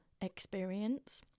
experience